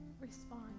respond